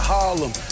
Harlem